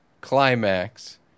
climax